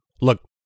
Look